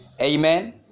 Amen